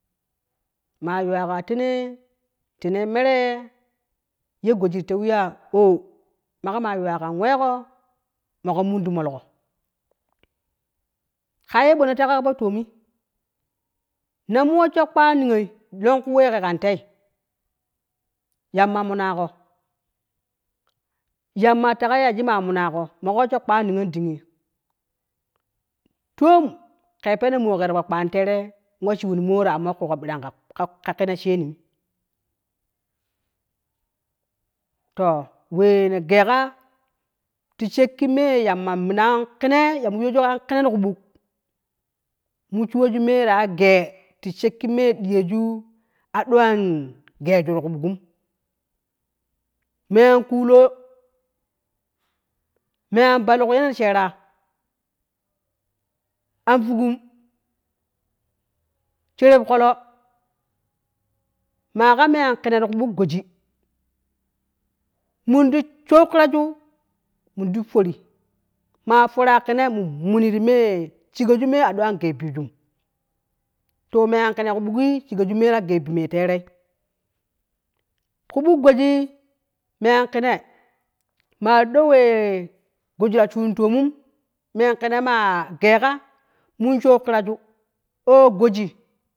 Ma yuwa ka tene, tene mere ye goji ti tewe ya umma ke ma yuwa kan we go mo ke min ti moloko ka ye ne tekabo ka fo tome na mo wesho kwa neyo lon ku we ke kante yamna menago yamma te ka ya ni ma menago mo ke kwan niyon deen tomon ke peno mo ke ti ku kwani terem, we shewo ne mo ta ammo kugo ka kenne terem to we ne geika ti shseki me yamma me ya mo yoju kan kee ti ku buk mo shewoju me ta ya gei ti sheke me dee yoju don me an geiju ti ku buk, me an kulo me an baluk ye ne shera an fugun, sherep kolo, ma ka me an kenne ti ku buk goji mon ti shuw kiraju ti fore ma fora kene in mine ti me shegoju don me an gei biju. lo me an kenne ku buk shigo ju me gei bi me teri ku bok goji ma don we ta shun tomon me an kene ti ku buk goji, me gei ka ɗon we ta yu shuranmu